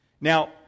Now